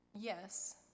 yes